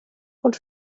ond